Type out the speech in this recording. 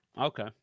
Okay